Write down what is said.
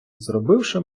зробивши